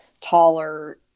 taller